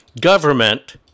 Government